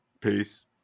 Peace